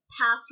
past